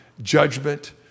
judgment